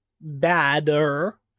badder